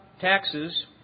Taxes